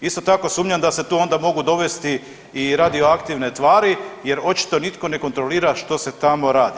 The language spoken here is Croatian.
Isto tako sumnjam da se tu onda mogu dovesti i radioaktivne tvari jer očito nitko ne kontrolira što se tamo radi.